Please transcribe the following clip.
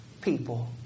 people